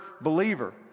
believer